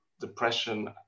depression